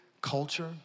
culture